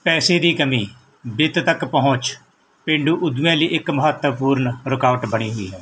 ਪੈਸੇ ਦੀ ਕਮੀ ਵਿੱਤ ਤੱਕ ਪਹੁੰਚ ਪੇਂਡੂ ਉਦਮੀਆਂ ਲਈ ਇੱਕ ਮਹੱਤਵਪੂਰਨ ਰੁਕਾਵਟ ਬਣੀ ਹੋਈ ਹੈ